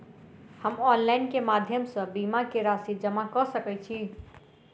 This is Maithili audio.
हम ऑनलाइन केँ माध्यम सँ बीमा केँ राशि जमा कऽ सकैत छी?